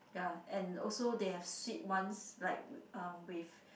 ya and also they have sweet ones like wi~ um with